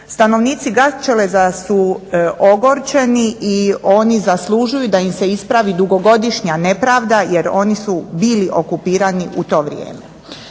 Stanovnici Gaćeleza su ogorčeni i oni zaslužuju da im se ispravi dugogodišnja nepravda, jer oni su bili okupirani u to vrijeme.